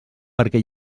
perquè